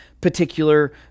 particular